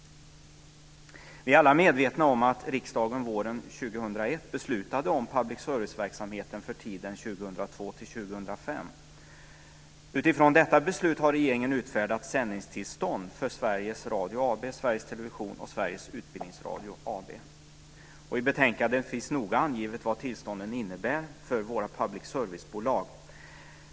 Vi är alla medvetna om att riksdagen våren 2001 2002-2005. Utifrån detta beslut har regeringen utfärdat sändningstillstånd för Sveriges Radio AB, Sveriges Television AB och Sveriges Utbildningsradio AB. I betänkandet finns noga angivet vad tillstånden innebär för våra public service-bolag.